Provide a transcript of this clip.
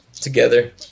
together